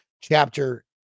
chapter